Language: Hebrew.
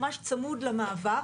ממש צמוד למעבר.